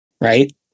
Right